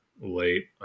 late